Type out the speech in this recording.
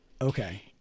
okay